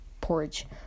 porridge